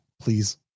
please